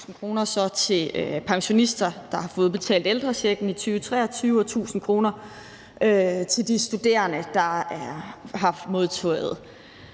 til pensionister, der har fået betalt ældrechecken i 2023, og 1.000 kr. til de studerende, der har modtaget